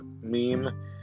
meme